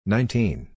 Nineteen